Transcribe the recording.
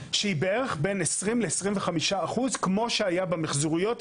כרגע אנחנו מעריכים שהיא בערך בין 20% ל-25% כמו שהיה במחזוריות.